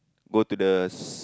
go to the s~